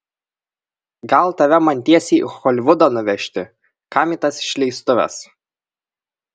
gal tave man tiesiai į holivudą nuvežti kam į tas išleistuves